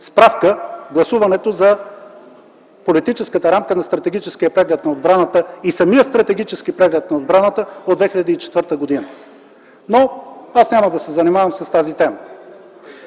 Справка – гласуването за политическата рамка на Стратегическия преглед на отбраната и самия Стратегически преглед на отбраната от 2004 г. Но аз няма да се занимавам с тази тема.